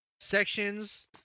Sections